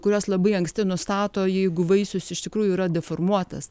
kurios labai anksti nustato jeigu vaisius iš tikrųjų yra deformuotas